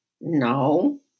No